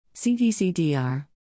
CDCDR